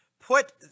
put